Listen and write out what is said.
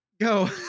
Go